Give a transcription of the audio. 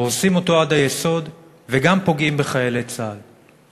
הורסים אותו עד היסוד וגם פוגעים בחיילי צה"ל.